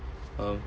um